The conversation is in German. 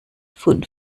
von